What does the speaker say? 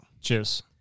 Cheers